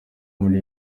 muri